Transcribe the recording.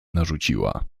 narzuciła